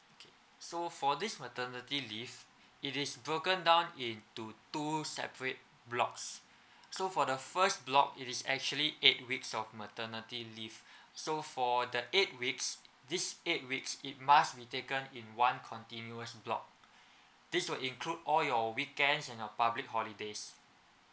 okay so for this maternity leave it is broken down into two separate blocks so for the first block it is actually eight weeks of maternity leave so for the eight weeks this eight weeks it must be taken in one continuous block this will include all your weekends and your public holiday